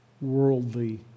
worldly